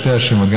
שני השמות,